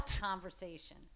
conversation